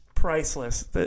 priceless